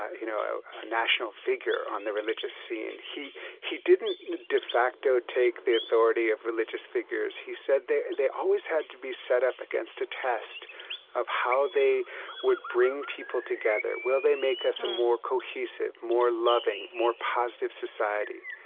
you know, a national figure on the religious scene. he he didn't de facto take the authority of religious figures. he said they they always had to be set up against a test of how they would bring people together. will they make us a more cohesive, more loving, more positive society?